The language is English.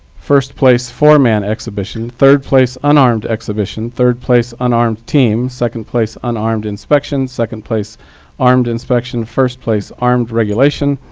first place four man exhibition, third place unarmed exhibition, third place unarmed team, second place unarmed inspection, second place armed inspection, first place armed regulation,